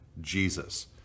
Jesus